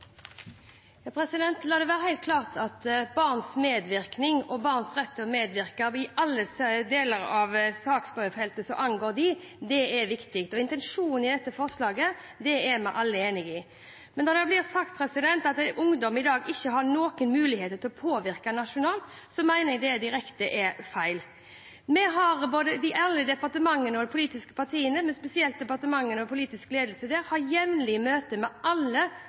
La det være helt klart at barns medvirkning og barns rett til å medvirke i alle deler av saksfeltet som angår dem, er viktig. Intensjonen med dette forslaget er vi alle enig i. Men når det blir sagt at ungdom i dag ikke har noen muligheter til å påvirke nasjonalt, mener jeg det er direkte feil. Alle departementene og de politiske partiene, men spesielt departementene og den politiske ledelsen der, har jevnlig møter med alle